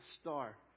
star